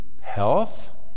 health